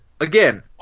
again